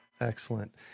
Excellent